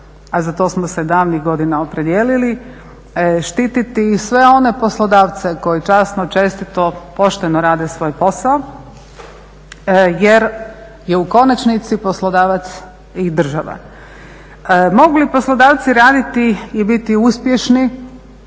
a za to smo se davnih godina opredijelili štiti i sve one poslodavce koji časno, čestito, pošteno rade svoj posao jer je u konačnici poslodavac i država. Mogu li poslodavci raditi i biti uspješni,